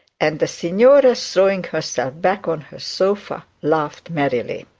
and the signora, throwing herself back on her sofa, laughed merrily.